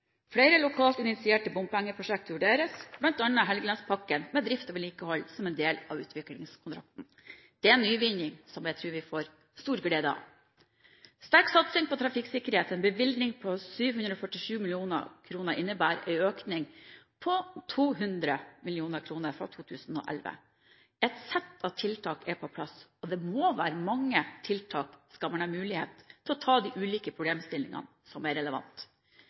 Flere lokalt initierte bompengeprosjekt vurderes, bl.a. Helgelandspakken, med drift og vedlikehold som en del av utviklingskontrakten. Det er en nyvinning som jeg tror vi får stor glede av. Sterk satsing på trafikksikkerhet, en bevilgning på 747 mill. kr innebærer en økning på 200 mill. kr fra 2011. Et sett av tiltak er på plass, og det må være mange tiltak skal man ha mulighet til å ta de ulike problemstillingene som er